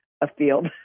afield